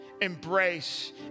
embrace